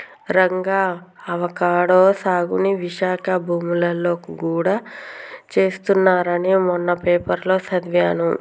Ranga avocado సాగుని విశాఖ భూములలో గూడా చేస్తున్నారని మొన్న పేపర్లో సదివాను